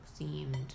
themed